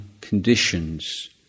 conditions